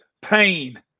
Pain